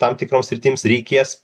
tam tikroms sritims reikės